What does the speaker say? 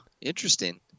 Interesting